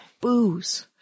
booze